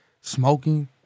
Smoking